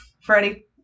Freddie